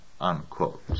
Unquote